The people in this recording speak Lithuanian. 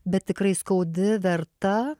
bet tikrai skaudi verta